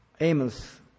Amos